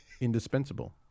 Indispensable